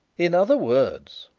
in other words,